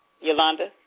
Yolanda